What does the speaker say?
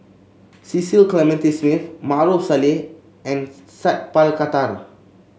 Cecil Clementi Smith Maarof Salleh and Sat Pal Khattar